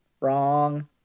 Wrong